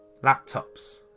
laptops